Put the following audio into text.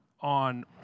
On